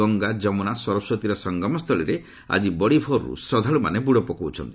ଗଙ୍ଗା ଯମୁନା ସରସ୍ୱତୀର ସଙ୍ଗମ ସ୍ଥଳୀରେ ଆକି ବଡ଼ିଭୋରରୁ ଶ୍ରଦ୍ଧାଳୁମାନେ ବୁଡ଼ ପକାଉଛନ୍ତି